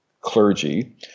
clergy